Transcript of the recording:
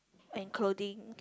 and clothing